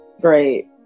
Great